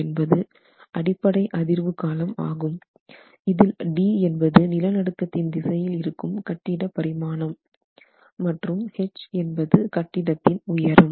என்பது அடிப்படை அதிர்வு காலம் ஆகும் இதில் d என்பது நிலநடுக்கத்தின் திசையில் இருக்கும் கட்டிட பரிமாணம் மற்றும் h என்பது கட்டிடத்தின் உயரம்